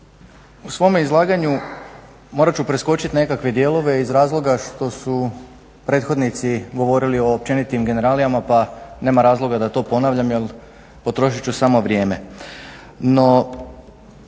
u svome izlaganju morat ću preskočiti nekakve dijelove iz razloga što su prethodnici govorili o općenitim generalijama pa nema razloga da to ponavljam jer potrošit ću samo vrijeme.